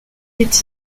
est